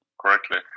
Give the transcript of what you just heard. correctly